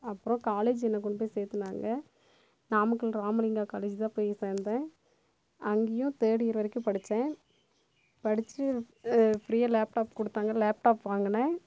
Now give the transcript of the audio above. அப்புறம் காலேஜ் என்ன கொண்டு போய் சேர்த்துனாங்க நாமக்கல் இராமலிங்கா காலேஜ் தான் போய் சேர்ந்தேன் அங்கேயும் தேர்ட் இயர் வரைக்கும் படித்தேன் படித்துட்டு ஃபிரீயாக லேப்டாப் கொடுத்தாங்க லேப்டாப் வாங்கினேன்